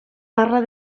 parla